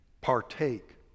partake